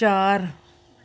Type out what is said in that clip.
चार